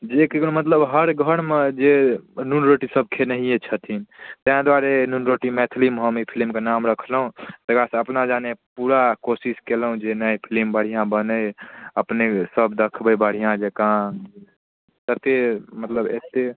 जे ककरो मतलब हर घरमे जे नून रोटी सब खेनैहिए छथिन ताहि दुआरे नून रोटी मैथिलीमे हम एहि फिलिमके नाम रखलहुँ ताहिके बादसँ अपना जाने पूरा कोशिश कएलहुँ जे नहि फिलिम बढ़िआँ बनै अपनेसब देखबै बढ़िआँ जकाँ कतेक मतलब एतेक